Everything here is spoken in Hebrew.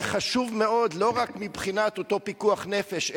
זה חשוב מאוד לא רק מבחינת אותו פיקוח נפש,